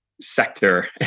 sector